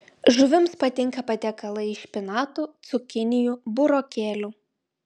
žuvims patinka patiekalai iš špinatų cukinijų burokėlių